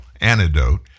Antidote